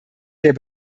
der